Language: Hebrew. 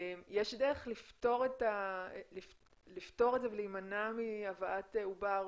יש דרך לפתור את זה ולהימנע מהבאת עובר